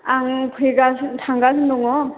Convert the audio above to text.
आं फैगा थांगासिनो दङ'